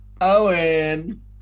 Owen